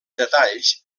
detalls